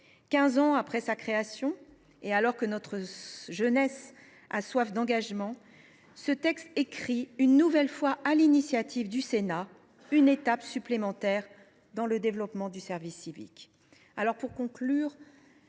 Quinze ans après sa création, et alors que notre jeunesse a soif d’engagement, ce texte représente, une nouvelle fois sur l’initiative du Sénat, une étape supplémentaire dans le développement du service civique.